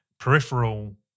peripheral